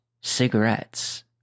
cigarettes